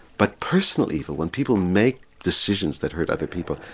but personal evil, when people make decisions that hurt other people,